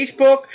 Facebook